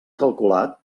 calculat